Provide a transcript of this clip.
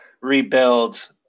rebuild